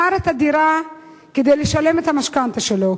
מכר את הדירה כדי לשלם את המשכנתה שלו,